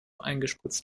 eingespritzt